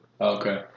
Okay